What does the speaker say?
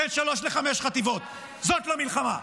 בין שלוש לחמש חטיבות, זאת לא מלחמה.